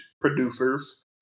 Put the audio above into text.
producers